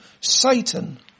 Satan